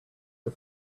the